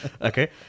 Okay